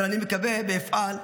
אבל אני מקווה, ואפעל,